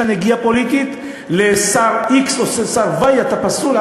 אמרו לאנשים: אם יש לך נגיעה פוליטית לשר x או לשר y אתה פסול,